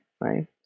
right